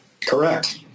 Correct